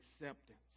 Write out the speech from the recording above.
acceptance